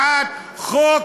זו הצעת חוק,